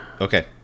Okay